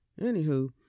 Anywho